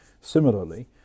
Similarly